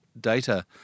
data